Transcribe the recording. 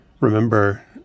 remember